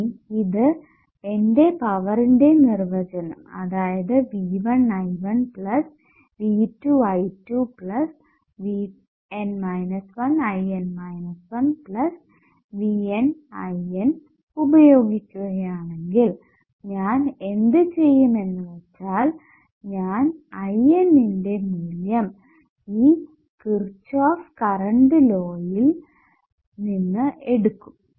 ഇനി ഇത് എന്റെ പവറിന്റെ നിർവചനം അതായത് V1I1 V2I2 VN 1IN 1 VNIN ഉപയോഗിക്കുകയാണെങ്കിൽ ഞാൻ എന്ത് ചെയ്യും എന്ന് വെച്ചാൽ ഞാൻ I N ന്റെ മൂല്യം ഈ കിർച്ചോഫ് കറണ്ട് ലോയിൽ നിന്ന് എടുക്കും